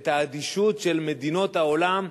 את האדישות של מדינות העולם,